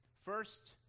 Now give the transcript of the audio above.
first